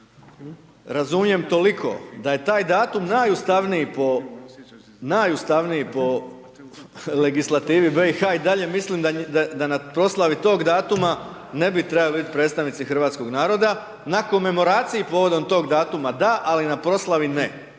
razumijem toliko da je taj datum najustavniji po, najustavniji po legislativi BiH, i dalje mislim da na proslavi tog datuma ne bi treba' bit' predstavnici hrvatskoga naroda, na komemoraciji povodom tog datuma da, ali na proslavi ne.